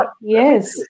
yes